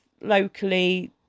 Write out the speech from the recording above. locally